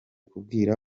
kubwira